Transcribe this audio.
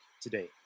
today